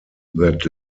that